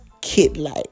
kid-like